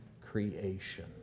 creation